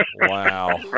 Wow